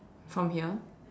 from here